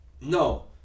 No